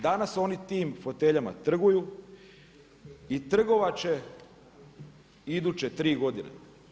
Danas oni tim foteljama trguju i trgovat će iduće tri godine.